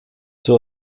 zur